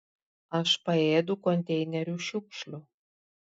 aš paėdu konteinerių šiukšlių